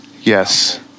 yes